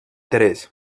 tres